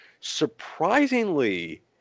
Surprisingly